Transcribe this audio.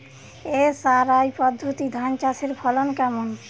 SRI পদ্ধতি ধান চাষের ফলন কেমন?